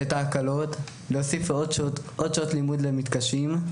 את ההקלות, להוסיף עוד שעות לימוד למתקשים.